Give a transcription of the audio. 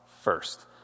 first